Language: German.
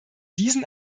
diesen